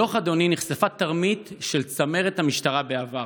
בדוח, אדוני, נחשפה תרמית של צמרת המשטרה בעבר.